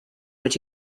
what